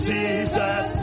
Jesus